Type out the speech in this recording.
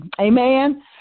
Amen